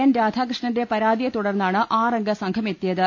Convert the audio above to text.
N രാധാകൃഷ്ണന്റെ പരാതിയെ തുടർന്നാണ് ആറംഗ സംഘ മെത്തിയത്